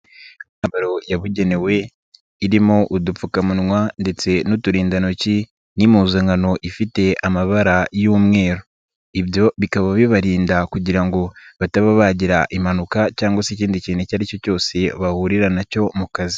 Imyambaro yabugenewe irimo udupfukamunwa ndetse n'uturindantoki n'impuzankano ifite amabara y'umweru, ibyo bikaba bibarinda kugira ngo bataba bagira impanuka cyangwa se ikindi kintu icyo ari cyo cyose bahurira na cyo mu kazi.